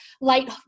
light